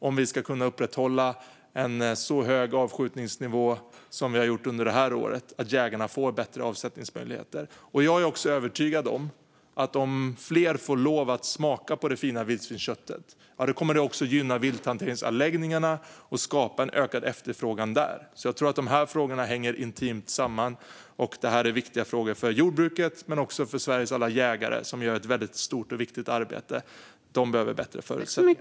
Om vi ska kunna upprätthålla en så hög avskjutningsnivå som vi har gjort under det här året brådskar det med att jägarna får bättre avsättningsmöjligheter. Jag är också övertygad om att om fler får lov att smaka på det fina vildsvinsköttet kommer det också att gynna vilthanteringsanläggningarna och skapa en ökad efterfrågan där. Jag tror alltså att de här frågorna hänger intimt samman. Detta är viktiga frågor för jordbruket men också för Sveriges alla jägare, som gör ett stort och viktigt arbete. De behöver bättre förutsättningar.